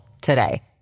today